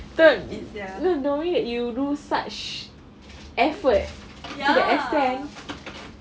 betul no nobody that you do such effort to that extent